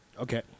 Okay